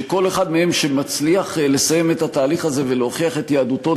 שכל אחד מהם שמצליח לסיים את התהליך הזה להוכיח את יהדותו,